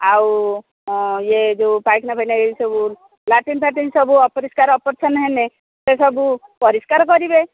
ଆଉ ଇଏ ଯୋଉ ପାଇଖାନା ଫାଇଖାନା ଏସବୁ ଯୋଉ ଲାଟିନ ଫାଟିନ ସବୁ ଅପରିଷ୍କାର ଅପରିଚ୍ଛନ୍ନ ହେଇନେଇଁ ସେସବୁ ପରିଷ୍କାର କରିବେ